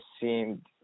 seemed